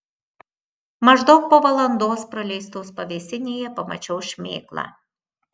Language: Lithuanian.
maždaug po valandos praleistos pavėsinėje pamačiau šmėklą